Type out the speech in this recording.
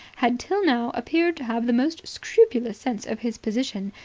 had till now appeared to have the most scrupulous sense of his position,